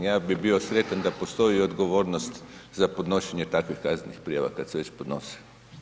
Ja bih bio sretan da postoji odgovornost za podnošenje takvih kaznenih prijava kada se već podnose.